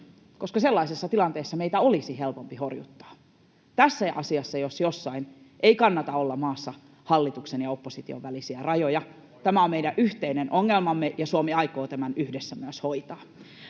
koska sellaisessa tilanteessa meitä olisi helpompi horjuttaa. Tässä asiassa jos jossakin ei kannata olla maassa hallituksen ja opposition välisiä rajoja. Tämä on meidän yhteinen ongelmamme, ja Suomi aikoo tämän yhdessä myös hoitaa.